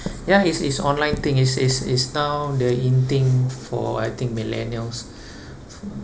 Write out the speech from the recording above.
ya it's it's online thing it's it's it's now the in thing for I think millennials